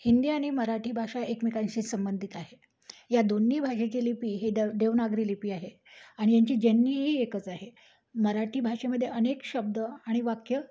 हिंदी आणि मराठी भाषा एकमेकांशी संबंधित आहे या दोन्ही भाषेची लिपी हे द देवनागरी लिपी आहे आणि यांची जननीही एकच आहे मराठी भाषेमध्ये अनेक शब्द आणि वाक्य